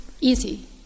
easy